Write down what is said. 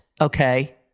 okay